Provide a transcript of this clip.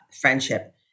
friendship